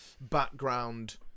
background